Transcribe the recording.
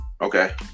Okay